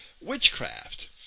witchcraft